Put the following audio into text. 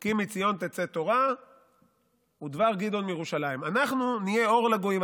כי מציון תצא תורה ודבר גדעון מירושלים: אנחנו נהיה אור לגויים,